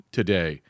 today